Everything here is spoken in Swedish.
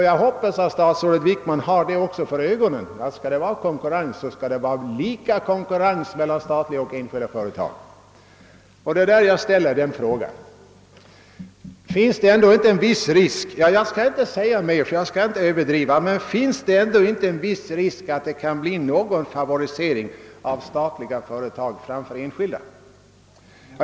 Jag hoppas att även statsrådet Wickman har detta för ögonen; skall det vara konkurrens så skall den äga rum på lika villkor mellan statliga och enskilda företag. Det är därvidlag jag vill ställa frågan: Finns det ändå inte en viss risk — jag skall inte säga mer för att inte överdriva — att det kan bli en favorisering av statliga företag framför enskilda?